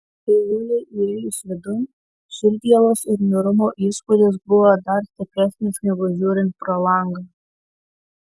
trijulei įėjus vidun širdgėlos ir niūrumo įspūdis buvo dar stipresnis negu žiūrint pro langą